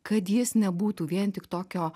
kad jis nebūtų vien tik tokio